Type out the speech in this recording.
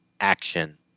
action